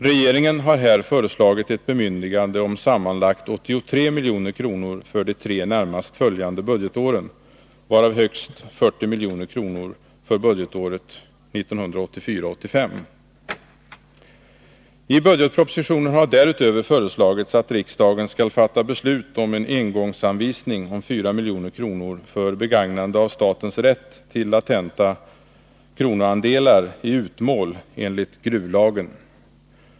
Regeringen har här föreslagit ett bemyndigande om sammanlagt 83 milj.kr. för de tre närmast följande budgetåren, varav högst 40 milj.kr. för budgetåret 1984/85. I budgetpropositionen har därutöver föreslagits att riksdagen skall fatta beslut om en engångsanvisning om 4 milj.kr. för begagnande av statens rätt till latenta kronoandelar i utmål enligt gruvlagen.